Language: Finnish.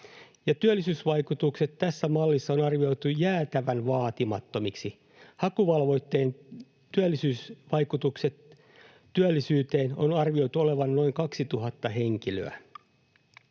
Työllisyysvaikutukset tässä mallissa on arvioitu jäätävän vaatimattomiksi. Hakuvelvoitteen vaikutusten työllisyyteen on arvioitu olevan noin 2 000 henkilöä.